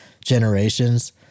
generations